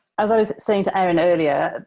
as i was saying to erin earlier,